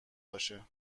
باشه